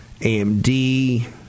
AMD